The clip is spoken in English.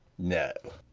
no.